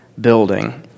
building